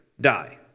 die